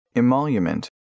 emolument